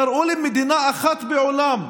תראו לי מדינה אחת בעולם,